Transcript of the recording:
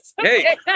Hey